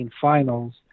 finals